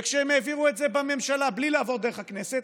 וכשהם העבירו את זה בממשלה בלי לעבור דרך הכנסת,